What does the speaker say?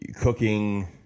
cooking